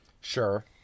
Sure